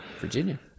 Virginia